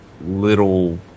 little